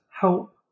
help